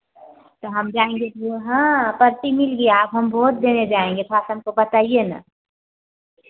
तो हम जाएँगे जो हाँ पर्ची मिल गया अब हम वोट देने जाएँगे थोड़ा सा हमको बताइए ना